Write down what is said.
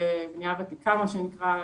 בניה ותיקה מה שנקרא,